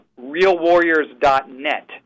realwarriors.net